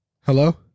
Hello